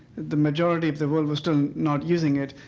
the majority of the world was still not using it.